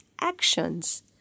actions